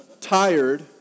Tired